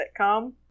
sitcom